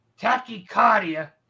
tachycardia